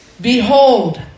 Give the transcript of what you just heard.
behold